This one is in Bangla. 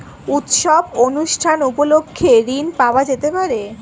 উৎসব অনুষ্ঠান উপলক্ষে ঋণ পাওয়া যেতে পারে?